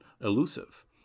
elusive